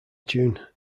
tune